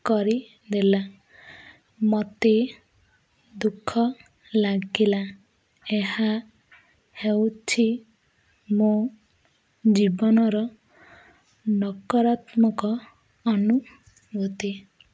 କରିଦେଲା ମୋତେ ଦୁଃଖ ଲାଗିଲା ଏହା ହେଉଛି ମୋ ଜୀବନର ନକରାତ୍ମକ ଅନୁଭୂତି